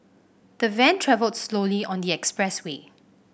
the van travelled slowly on the expressway